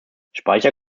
speicher